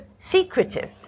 secretive